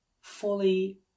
fully